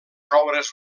roures